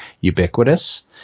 ubiquitous